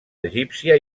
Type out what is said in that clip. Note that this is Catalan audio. egípcia